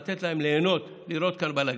לתת להם ליהנות לראות כאן בלגאן.